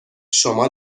شما